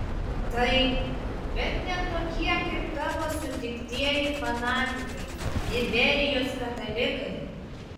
taip bet ne tokie kaip tavo sutiktieji fanatikai iberijos katalikai